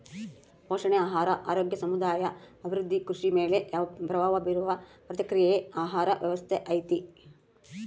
ಪೋಷಣೆ ಆಹಾರ ಆರೋಗ್ಯ ಸಮುದಾಯ ಅಭಿವೃದ್ಧಿ ಕೃಷಿ ಮೇಲೆ ಪ್ರಭಾವ ಬೀರುವ ಪ್ರಕ್ರಿಯೆಯೇ ಆಹಾರ ವ್ಯವಸ್ಥೆ ಐತಿ